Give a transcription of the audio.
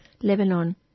Lebanon